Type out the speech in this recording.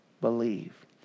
believe